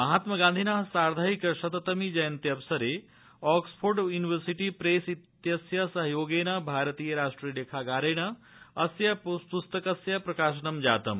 महात्मागान्धिनः साधैंक शततमी जयन्त्यवसरे ऑक्सफोर्ड यूनिवर्सिटी प्रेस इत्यस्य सहयोगेन भारतीय राष्ट्रिय लेखागारेण अस्य पुस्तकस्य प्रकाशनं जातम्